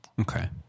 Okay